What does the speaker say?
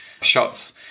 shots